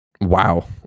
wow